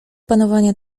panowania